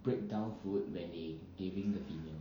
break down food when they giving the female